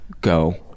go